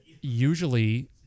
usually